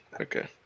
okay